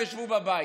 הם ישבו בבית,